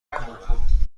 کنم